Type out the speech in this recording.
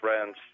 friends